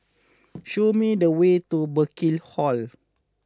show me the way to Burkill Hall